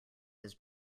his